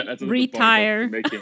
Retire